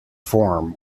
form